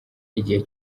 igihe